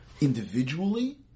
individually